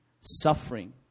suffering